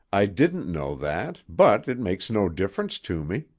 i didn't know that but it makes no difference to me.